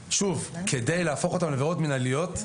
כדי להפוך אותן לעבירות מינהליות,